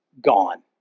gone